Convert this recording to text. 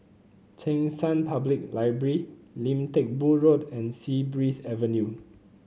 Cheng San Public Library Lim Teck Boo Road and Sea Breeze Avenue